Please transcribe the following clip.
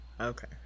okay